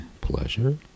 pleasure